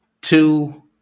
Two